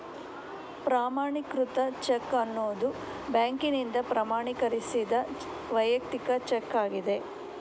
ಪ್ರಮಾಣೀಕೃತ ಚೆಕ್ ಅನ್ನುದು ಬ್ಯಾಂಕಿನಿಂದ ಪ್ರಮಾಣೀಕರಿಸಿದ ವೈಯಕ್ತಿಕ ಚೆಕ್ ಆಗಿದೆ